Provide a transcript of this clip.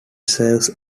serves